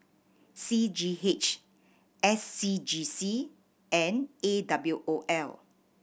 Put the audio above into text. C G H S C G C and A W O L